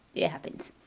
it happens.